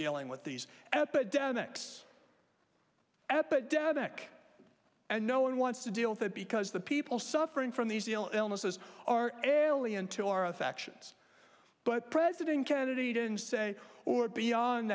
dealing with these epidemics epidemic and no one wants to deal with it because the people suffering from the zeal illnesses are airily into our affections but president kennedy didn't say or beyond